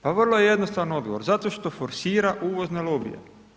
Pa vrlo jednostavan odgovor, zato što forsira uvozne lobije.